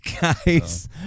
Guys